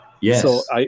Yes